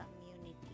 community